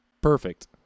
Perfect